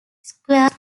squares